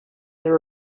there